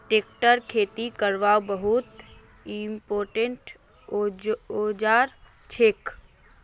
tractor खेती करवार बहुत इंपोर्टेंट औजार छिके